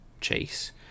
chase